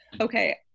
okay